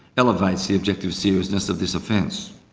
elevates the objective seriousness of this offence.